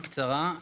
טראומה שלי,